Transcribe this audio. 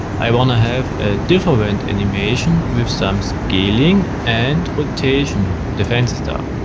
i wanna have a different animation with some scaling and rotation, the fancy stuff.